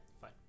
Fine